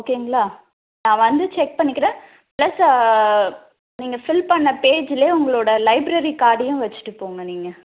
ஓகேங்களா நான் வந்து செக் பண்ணிக்கிறேன் பிளஸ் நீங்கள் பில் பண்ண பேஜ்லையே உங்களோட லைப்ரெரி கார்டையும் வச்சுட்டு போங்க நீங்கள்